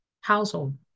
household